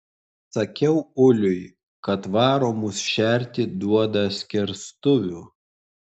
sakiau uliui kad varo mus šerti duoda skerstuvių